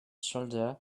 shoulder